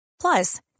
Plus